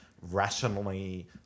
rationally